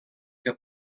que